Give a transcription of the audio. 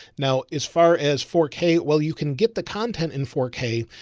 now, as far as four k, while you can get the content in four k,